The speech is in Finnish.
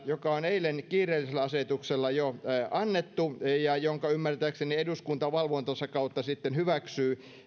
joka on eilen kiireellisellä asetuksella jo annettu ja jonka ymmärtääkseni eduskunta valvontansa kautta sitten hyväksyy